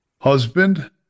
husband